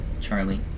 Charlie